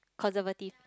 conservative